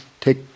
take